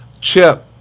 Chip